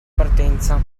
partenza